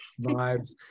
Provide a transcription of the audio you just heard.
vibes